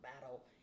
battle